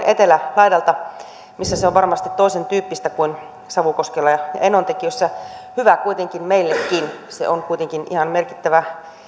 etelälaidalta missä se on varmasti toisentyyppistä kuin savukoskella ja enontekiöllä tämä on hyvä kuitenkin meillekin se on kuitenkin ihan merkittävä